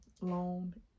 loan